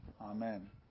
Amen